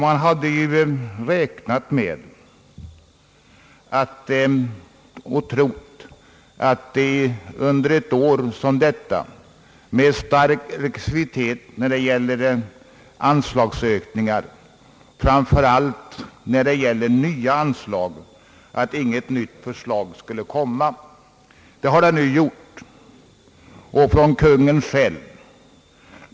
Man hade trott att under ett år som detta med stark restriktivitet när det gäller anslagsökningar, framför allt nya anslag, inget nytt förslag skulle komma. Det har det nu gjort, och det från Kungl. Maj:t självt.